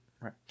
Right